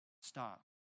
stop